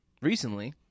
recently